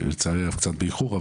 לצערי אנחנו קצת באיחור,